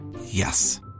Yes